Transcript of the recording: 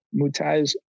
Mutaz